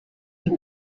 ngo